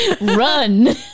run